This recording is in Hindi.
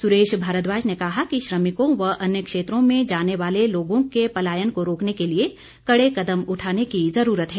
सुरेश भारद्वाज ने कहा कि श्रमिकों व अन्य क्षेत्रों में जाने वाले लोगों के पलायन को रोकने के लिए कड़े कदम उठाने की ज़रूरत है